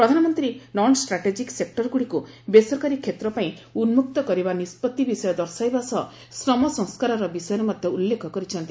ପ୍ରଧାନମନ୍ତ୍ରୀ ନନ୍ଷ୍ଟ୍ରାଟାଜିକ୍ ସେକ୍ଟରଗୁଡ଼ିକୁ ବେସରକାରୀ କ୍ଷେତ୍ର ପାଇଁ ଉନ୍କକ୍ତ କରିବା ନିଷ୍କତି ବିଷୟ ଦର୍ଶାଇବା ସହ ଶ୍ରମ ସଂସ୍କାରର ବିଷୟରେ ମଧ୍ୟ ଉଲ୍ଲେଖ କରିଛନ୍ତି